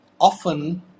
often